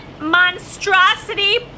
monstrosity